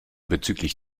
bezüglich